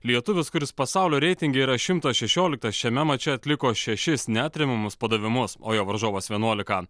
lietuvis kuris pasaulio reitinge yra šimtas šešioliktas šiame mače atliko šešis neatremiamus padavimus o jo varžovas vienuolika